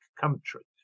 country